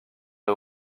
est